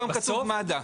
היום כתוב מד"א.